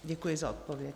Děkuji za odpověď.